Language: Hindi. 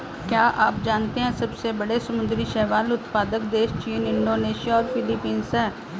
क्या आप जानते है सबसे बड़े समुद्री शैवाल उत्पादक देश चीन, इंडोनेशिया और फिलीपींस हैं?